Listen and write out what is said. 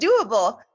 doable